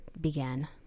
began